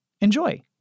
Enjoy